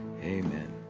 Amen